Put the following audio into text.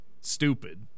Stupid